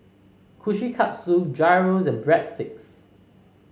Kushikatsu Gyros and Breadsticks